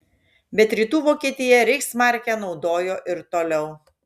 bet rytų vokietija reichsmarkę naudojo ir toliau